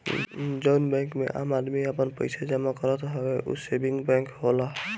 जउन बैंक मे आम आदमी आपन पइसा जमा करत हवे ऊ सेविंग बैंक होला